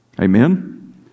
Amen